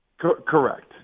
Correct